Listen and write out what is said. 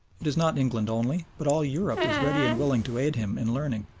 it is not england only but all europe is ready and willing to aid him in learning.